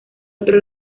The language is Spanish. otro